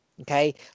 okay